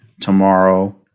tomorrow